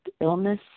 illness